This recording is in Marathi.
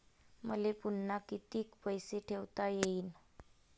मले पुन्हा कितीक पैसे ठेवता येईन?